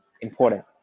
important